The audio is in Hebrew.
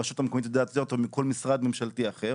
הרשות המקומות יועדת יותר טוב מכל משרד ממשלתי אחר.